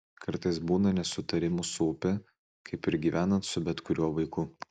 kartais būna nesutarimų su upe kaip ir gyvenant su bet kuriuo vaiku